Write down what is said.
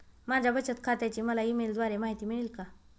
माझ्या बचत खात्याची मला ई मेलद्वारे माहिती मिळेल का?